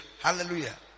Hallelujah